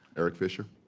eric fisher?